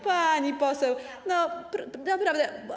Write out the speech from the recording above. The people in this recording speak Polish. Pani poseł, no naprawdę.